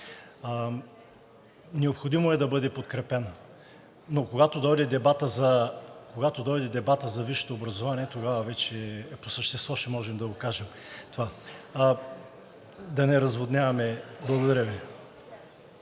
Необходимо е да бъде подкрепена. Но когато дойде дебатът за висшето образование, тогава вече по същество ще можем да го кажем това. Да не разводняваме. Благодаря Ви.